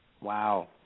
Wow